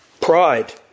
Pride